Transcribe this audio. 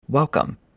Welcome